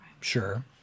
Sure